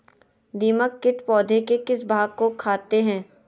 दीमक किट पौधे के किस भाग को खाते हैं?